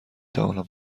توانم